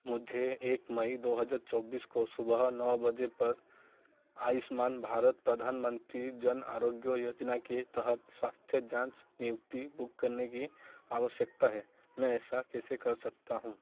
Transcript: मुझे एक मई दो हज़ार चौबीस को सुबह नौ बजे पर आयुष्मान भारत प्रधानमंत्री जन आरोग्य योजना के तहत स्वास्थ्य जाँच नियुक्ति बुक करने की आवश्यकता है मैं ऐसा कैसे कर सकता हूँ